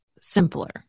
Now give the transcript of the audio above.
simpler